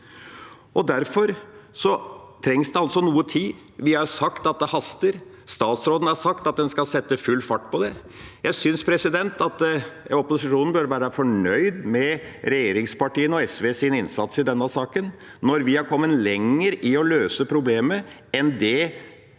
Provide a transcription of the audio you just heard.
Derfor trengs det altså noe tid. Vi har sagt at det haster. Statsråden har sagt at en skal sette full fart på det. Jeg synes at opposisjonen bør være fornøyd med regjeringspartiene og SVs innsats i denne saken, når vi har kommet lenger i å løse problemet enn det